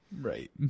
Right